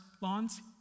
lawns